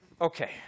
Okay